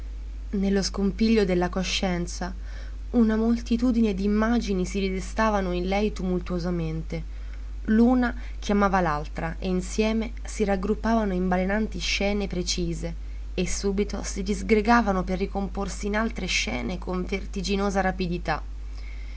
nello scompiglio della coscienza una moltitudine d'immagini si ridestavano in lei tumultuosamente l'una chiamava l'altra e insieme si raggruppavano in balenanti scene precise e subito si disgregavano per ricomporsi in altre scene con vertiginosa rapidità